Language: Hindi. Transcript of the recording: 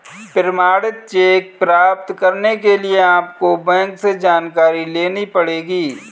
प्रमाणित चेक प्राप्त करने के लिए आपको बैंक से जानकारी लेनी पढ़ेगी